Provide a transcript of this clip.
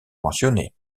mentionnée